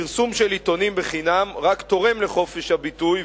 פרסום של עיתונים בחינם רק תורם לחופש הביטוי,